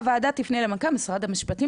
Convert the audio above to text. הוועדה תפנה למנכ"ל משרד המשפטים,